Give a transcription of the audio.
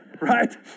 Right